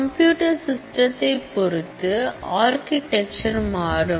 computer சிஸ்டத்தை பொருத்து architecture மாறும்